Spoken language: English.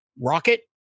rocket